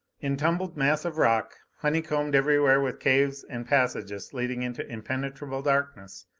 in tumbled mass of rock, honeycombed everywhere with caves and passages leading into impenetrable darkness,